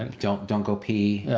and don't don't go pee.